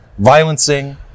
violencing